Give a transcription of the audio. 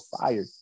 fired